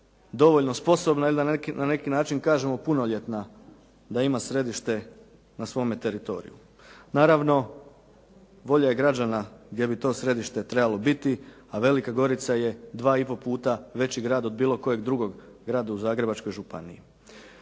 dovoljno sposobna na neki način, kažemo punoljetna da ima središte na svome teritoriju. Naravno, volja je građana gdje bi to središte trebalo biti, a Velika Gorica je dva i pol puta veći grad od bilo kojeg drugog grada u Zagrebačkoj županiji.